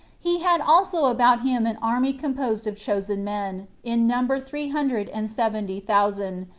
he had also about him an army composed of chosen men, in number three hundred and seventy thousand,